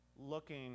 looking